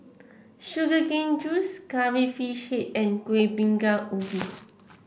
Sugar Cane Juice Curry Fish Head and Kueh Bingka Ubi